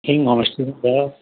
thing homestay पनि छ